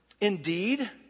indeed